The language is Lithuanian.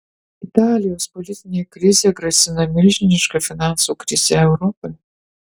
italijos politinė krizė grasina milžiniška finansų krize europai